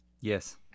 Yes